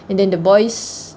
and then the boys